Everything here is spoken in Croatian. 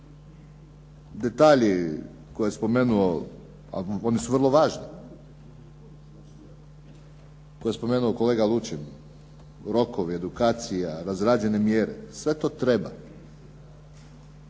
Detalji koje je spomenuo, a oni su vrlo važni, koje je spomenuo kolega Lučin, rokovi, edukacija, razrađene mjere. Sve to treba.